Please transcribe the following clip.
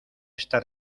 esta